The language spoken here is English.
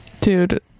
Dude